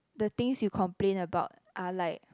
the things you complaint about are like